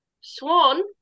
Swan